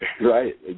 Right